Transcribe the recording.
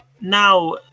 Now